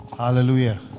Hallelujah